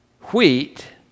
wheat